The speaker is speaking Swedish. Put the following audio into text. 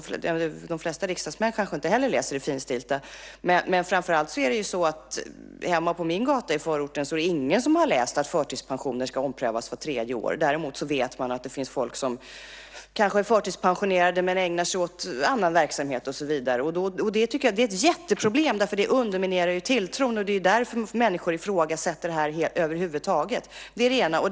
De flesta riksdagsmännen läser kanske inte heller det finstilta. Hemma på min gata ute i en förort är det ingen som har läst om att förtidspensioner ska omprövas vart tredje år. Däremot vet man att det finns de som kanske är förtidspensionerade och som ägnar sig åt annan verksamhet och så vidare. Detta är ett jätteproblem därför att det underminerar tilltron. Därför ifrågasätter människor det här över huvud taget. Det är det ena.